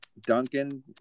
Duncan